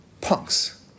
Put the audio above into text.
Punks